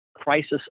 crisis